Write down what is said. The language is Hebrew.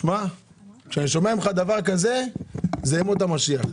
כשאני שומע ממך דבר כזה, אלה ימות המשיח.